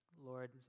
Lord